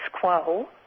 quo